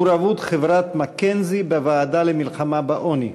הנושא הוא: מעורבות חברת "מקינזי" בוועדה למלחמה בעוני.